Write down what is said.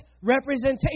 representation